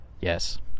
Yes